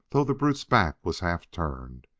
though the brute's back was half turned.